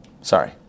sorry